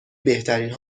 بهترین